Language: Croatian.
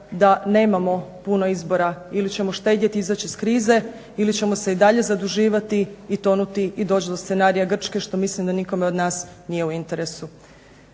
da nemamo puno izbora. Ili ćemo štedjeti i izaći iz krie ili ćemo se i dalje zaduživati i tonuti i doći do scenarija Grčke što mislim da nikome od nas nije u interesu.